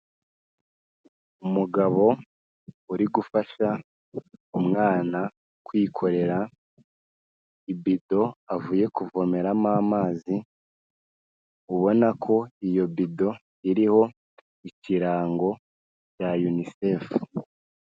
Umugabo uri gufasha umwana kwikorera ibido avuye kuvomeramo amazi, ubona ko iyo vido iriho ikirango cya UNICEF.